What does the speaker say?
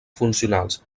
funcionals